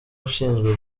ushinzwe